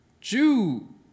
Jew